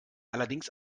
allerdings